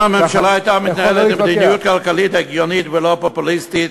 אם הממשלה הייתה מתנהלת במדיניות כלכלית הגיונית ולא פופוליסטית,